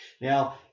Now